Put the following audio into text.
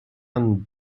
vingt